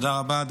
תודה רבה.